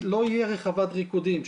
לא תהיה רחבת ריקודים,